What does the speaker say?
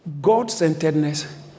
God-centeredness